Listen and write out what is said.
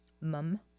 Mum